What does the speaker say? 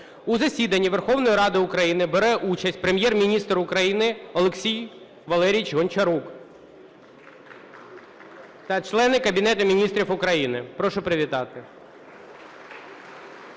У засіданні Верховної Ради України бере участь Прем'єр-міністр України Олексій Валерійович Гончарук та члени Кабінету Міністрів України. Прошу привітати.